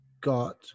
got